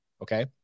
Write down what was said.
Okay